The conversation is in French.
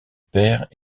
père